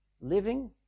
living